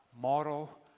Moral